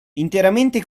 interamente